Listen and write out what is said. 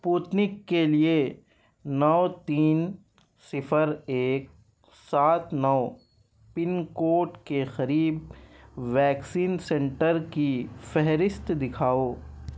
پوتنک کے لیے نو تین صفر ایک سات نو پن کوڈ کے قریب ویکسین سینٹر کی فہرست دکھاؤ